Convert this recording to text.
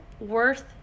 worth